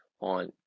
on